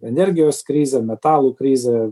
energijos krizė metalų krizė